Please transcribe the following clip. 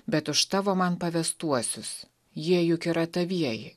bet už tavo man pavestuosius jie juk yra tavieji